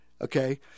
okay